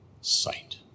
sight